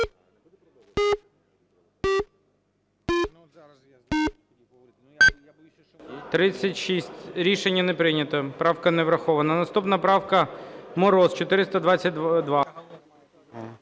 За-36 Рішення не прийнято. Правка не врахована. Наступна правка, Мороз, 422.